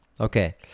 Okay